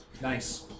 nice